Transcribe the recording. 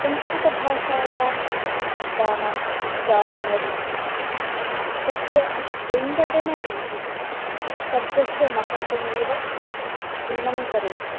संस्कृतभाषायां शब्दानाम् उच्चारणरीतिः तस्य वेङ्गडनरीतिः शब्दस्य महत्वमेव भिन्नं करोति